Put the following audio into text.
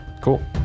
cool